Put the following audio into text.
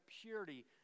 purity